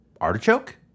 Artichoke